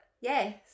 Yes